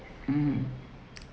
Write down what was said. mm